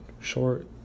short